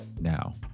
now